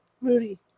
Moody